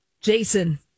Jason